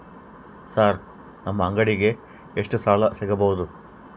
Sir ನಮ್ಮ ಅಂಗಡಿಗೆ ಎಷ್ಟು ಸಾಲ ಸಿಗಬಹುದು?